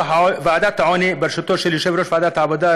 ועדת העוני בראשותו של יושב-ראש ועדת העבודה,